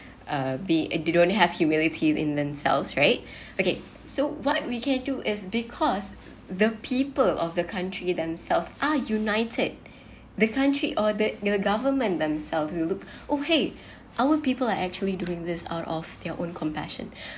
uh be they don't have humility in themselves right okay so what we can do is because the people of the country themselves are united the country or the the government themselves will look oh !hey! our people are actually doing this out of their own compassion